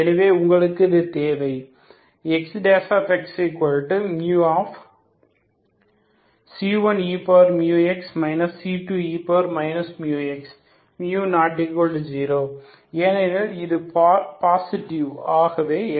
எனவே உங்களுக்கு அது தேவை Xx μc1eμx c2e μx μ≠0 ஏனெனில் இது பாசிட்டிவ் ஆகவே X0c1 c20